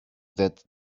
that